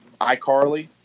iCarly